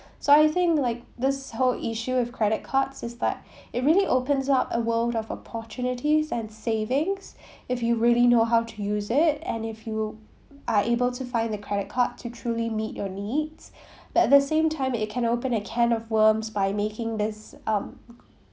so I think like this whole issue of credit cards is like it really opens up a world of opportunities and savings if you really know how to use it and if you are able to find the credit card to truly meet your needs but at the same time it can open a can of worms by making this um